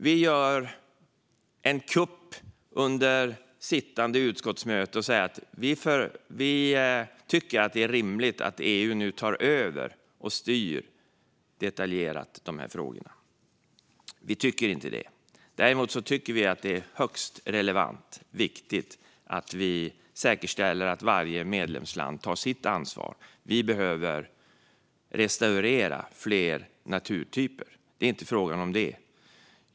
Vi gör en kupp under sittande utskottsmöte och säger att det är rimligt att EU nu tar över och detaljstyr de här frågorna. Vi tycker inte det. Däremot tycker vi att det är högst relevant och viktigt att säkerställa att varje medlemsland tar sitt ansvar. Vi behöver restaurera fler naturtyper. Det är inte fråga om det.